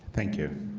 thank you.